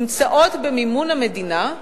נמצאות במימון המדינה,